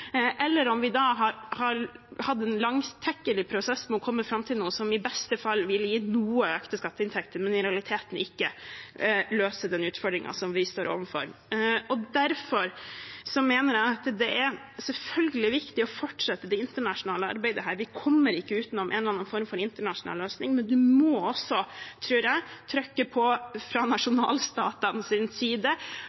eller om vi har hatt en langtekkelig prosess med å komme fram til noe som i beste fall ville gitt gode økte skatteinntekter, men som i realiteten ikke løser den utfordringen vi står overfor. Derfor mener jeg at det selvfølgelig er viktig å fortsette det internasjonale arbeidet her. Vi kommer ikke utenom en eller annen form for internasjonal løsning, men vi må også, tror jeg, trykke på fra